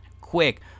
Quick